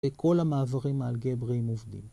‫כל המעברים האלגבריים עובדים.